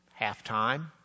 halftime